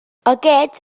aquests